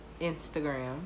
Instagram